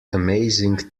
amazing